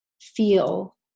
feel